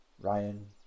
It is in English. Ryan